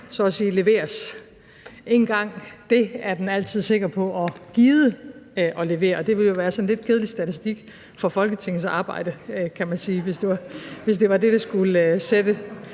på at gide at levere den ene gang om året, hvor der så at sige skal leveres. Og det ville jo være en sådan lidt kedelig statistik for Folketingets arbejde, kan man sige, hvis det var det, det skulle sætte